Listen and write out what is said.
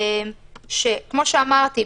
כמו שאמרתי,